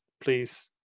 please